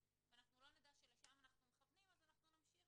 ואם אנחנו לא נדע שלשם אנחנו מכוונים אז אנחנו נמשיך